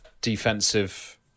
defensive